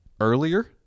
earlier